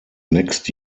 next